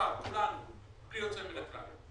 כולנו בלי יוצא מן הכלל: